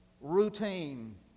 routine